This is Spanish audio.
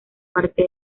parte